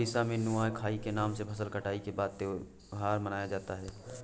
उड़ीसा में नुआखाई के नाम से फसल कटाई के बाद त्योहार मनाया जाता है